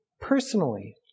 personally